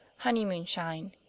honeymoonshine